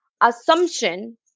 assumption